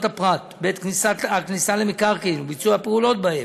הפרט בעת כניסה למקרקעין וביצוע פעולות בהם,